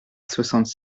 soixante